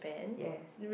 yes